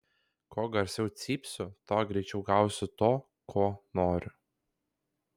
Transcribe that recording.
kuo garsiau cypsiu tuo greičiau gausiu to ko noriu